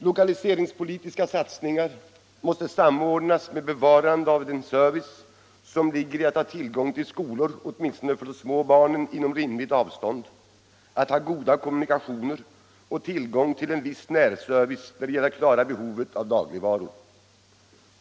Lokaliseringspolitiska satsningar måste samordnas med bevarande av den service som ligger i att ha tillgång till skolor åtminstone för de minsta barnen inom rimligt avstånd, att ha goda kommunikationer och tillgång till en viss närservice när det gäller att klara behovet av dagligvaror.